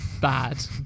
bad